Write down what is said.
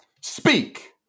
Speak